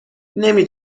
نمی